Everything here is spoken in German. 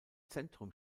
zentrum